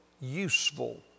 useful